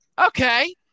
okay